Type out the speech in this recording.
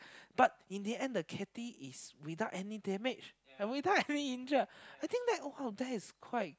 but in the end the kitty is without any damage without any injure I think that oh !wow! that is quite